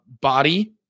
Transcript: Body